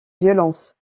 violence